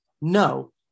no